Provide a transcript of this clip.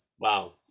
Wow